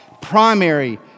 primary